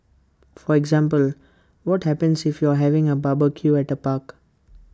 for example what happens if you're having A barbecue at A park